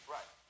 Right